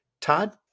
Todd